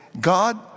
God